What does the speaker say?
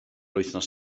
wythnos